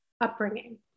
upbringing